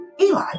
Eli